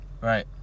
Right